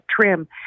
trim